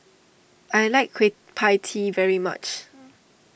I like Kueh Pie Tee very much